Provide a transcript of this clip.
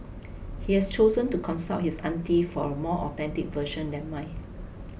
he has chosen to consult his auntie for a more authentic version than mine